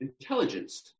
intelligence